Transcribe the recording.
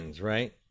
right